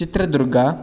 Chitradurga